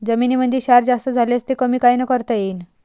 जमीनीमंदी क्षार जास्त झाल्यास ते कमी कायनं करता येईन?